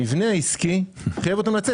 המבנה העסקי חייב אותם לצאת.